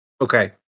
Okay